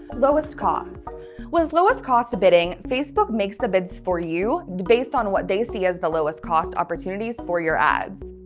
lowest cost with lowest cost bidding, facebook makes the bids for you based on what they see as the lowest cost opportunities for your ads.